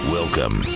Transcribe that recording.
Welcome